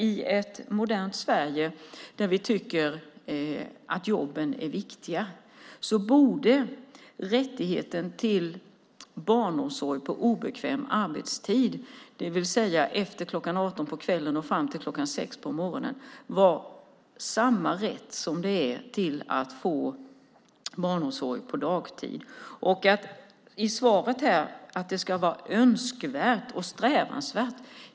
I ett modernt Sverige där vi tycker att jobben är viktiga borde rättigheten till barnomsorg på obekväm arbetstid, det vill säga efter kl. 18 på kvällen och fram till kl. 6 på morgonen, vara samma rätt som att få barnomsorg på dagtid. I svaret sägs att det är önskvärt och eftersträvansvärt.